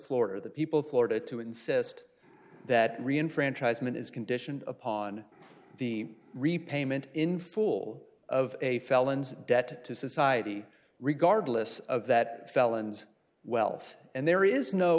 florida or the people of florida to insist that re enfranchise ment is conditioned upon the repayment in fool of a felons debt to society regardless of that felons wealth and there is no